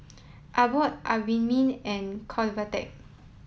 Abbott Obimin and Convatec